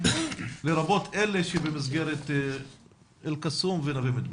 לרבות אלה שבמסגרת אל קסום ונווה מדבר.